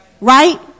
right